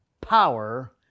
power